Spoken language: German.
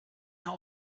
mehr